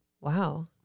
Wow